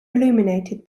illuminated